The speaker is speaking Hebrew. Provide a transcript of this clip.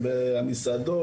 המסעדות,